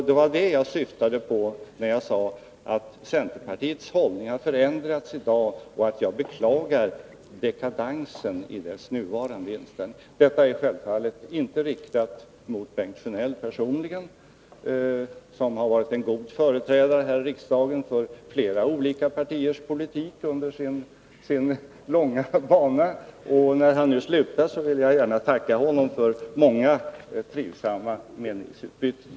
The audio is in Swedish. Det var detta som jag syftade på, när jag sade att centerpartiets hållning har förändrats och att jag beklagar dekadansen i dess nuvarande inställning. Detta är självfallet inte riktat mot Bengt Sjönell personligen, som under sin långa bana har varit en god företrädare här i riksdagen för flera olika partiers politik. När han nu slutar vill jag gärna tacka honom för många trivsamma meningsutbyten.